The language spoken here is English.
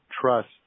trust